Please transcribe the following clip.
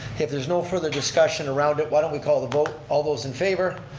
if there's no further discussion around it, why don't we call the vote? all those in favor?